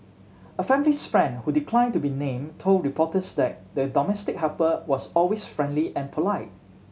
a family friend who declined to be named told reporters that the domestic helper was always friendly and polite